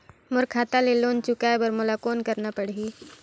मोर खाता ले लोन चुकाय बर मोला कौन करना पड़ही?